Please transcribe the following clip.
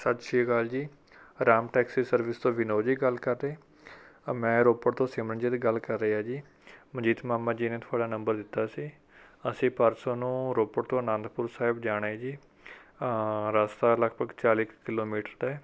ਸਤਿ ਸ਼੍ਰੀ ਅਕਾਲ ਜੀ ਰਾਮ ਟੈਕਸੀ ਸਰਵਿਸ ਤੋਂ ਵਿਨੋਦ ਜੀ ਗੱਲ ਕਰ ਰਹੇ ਮੈਂ ਰੋਪੜ ਤੋਂ ਸਿਮਰਨਜੀਤ ਗੱਲ ਕਰ ਰਿਹਾ ਜੀ ਮਨਜੀਤ ਮਾਮਾ ਜੀ ਨੇ ਤੁਹਾਡਾ ਨੰਬਰ ਦਿੱਤਾ ਸੀ ਅਸੀਂ ਪਰਸੋਂ ਨੂੰ ਰੋਪੜ ਤੋਂ ਆਨੰਦਪੁਰ ਸਾਹਿਬ ਜਾਣਾ ਹੈ ਜੀ ਰਸਤਾ ਲਗਭਗ ਚਾਲੀ ਕੁ ਕਿਲੋਮੀਟਰ ਹੈ